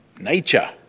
Nature